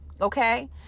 Okay